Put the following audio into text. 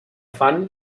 fan